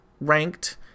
ranked